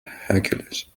hercules